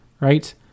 right